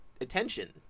attention